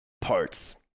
Parts